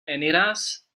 eniras